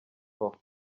aho